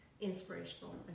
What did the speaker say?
inspirational